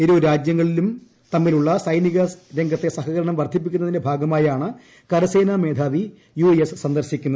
ഇരു രാജ്യങ്ങളും തമ്മിലുള്ളി സൈനിക രംഗത്തെ സഹകരണം വർദ്ധിപ്പിക്കുന്നതിന്റെ ഭാഗമായാണ് കരസേനാ മേധാവി യു എസ് സ്ന്ദർശിക്കുന്നത്